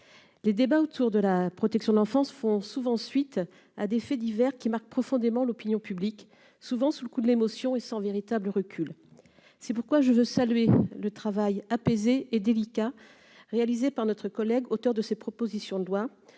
les débats autour de la protection de l'enfance font souvent suite à des faits divers qui marquent profondément l'opinion publique, souvent sous le coup de l'émotion et sans véritable recul, c'est pourquoi je veux saluer le travail apaisée et délicat, réalisé par notre collègue auteur de ces propositions de loi